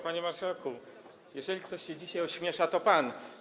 Panie marszałku, jeżeli ktoś się dzisiaj ośmiesza, to pan.